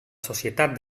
societat